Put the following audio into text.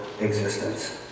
existence